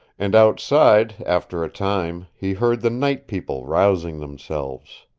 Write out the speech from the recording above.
and outside, after a time, he heard the night people rousing themselves.